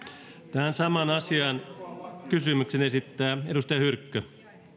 tähän samaan asiaan kysymyksen esittää edustaja hyrkkö